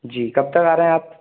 जी कब तक आ रहे हैं आप